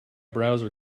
browser